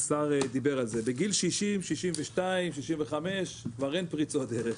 והשר דיבר על זה בגיל 62 או 65 כבר אין פריצות דרך.